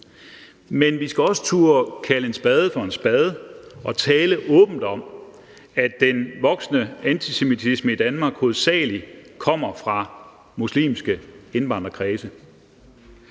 Men vi skal også turde kalde en spade for en spade og tale åbent om, at den voksende antisemitisme i Danmark hovedsagelig kommer fra muslimske indvandrerkredse.